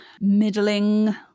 middling